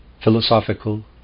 philosophical